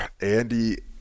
Andy